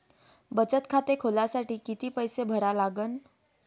बचत खाते खोलासाठी किती पैसे भरा लागन?